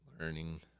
learning